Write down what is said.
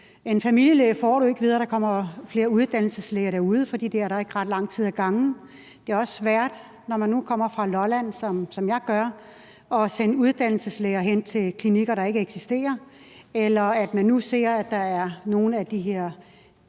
En familielæge får du ikke, ved at der kommer flere uddannelseslæger derude, for de er der ikke ret lang ad gangen. Det er også svært at gøre det på Lolland, hvor jeg kommer fra, for det er at sende uddannelseslæger ud til klinikker, der ikke eksisterer. Man ser også, at der er nogle af de her